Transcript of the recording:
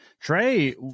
Trey